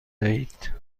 دهید